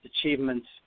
achievements